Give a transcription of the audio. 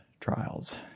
trials